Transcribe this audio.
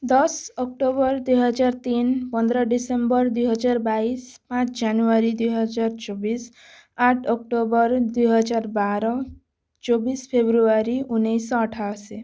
ଦଶ ଅକ୍ଟୋବର ଦୁଇ ହଜାର ତିନି ପନ୍ଦର ଡିସେମ୍ବର ଦୁଇ ହଜାର ବାଇଶ ପାଞ୍ଚ ଜାନୁଆରୀ ଦୁଇ ହଜାର ଚବିଶ ଆଠ ଅକ୍ଟୋବର ଦୁଇ ହଜାର ବାର ଚବିଶ ଫେବୃଆରୀ ଉଣେଇଶହ ଅଠାଅଶି